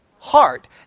heart